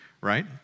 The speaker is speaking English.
right